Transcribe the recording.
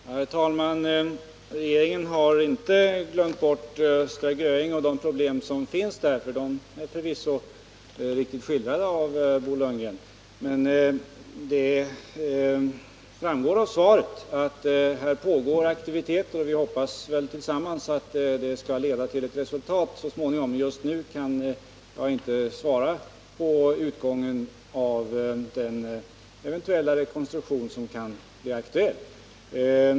Herr talman! Regeringen har inte glömt bort Östra Göinge kommun och de problem som finns där, som förvisso är riktigt skildrade av Bo Lundgren. Men som framgår av svaret pågår det aktiviteter, och vi hoppas väl båda att de så småningom skall leda till resultat. Just nu kan jag inte bedöma utgången av den eventuella rekonstruktion som kan bli aktuell.